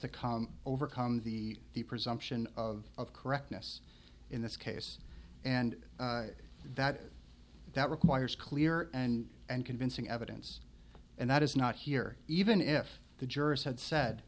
to come overcome the the presumption of of correctness in this case and that that requires clear and and convincing evidence and that is not here even if the jurors had said